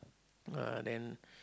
uh then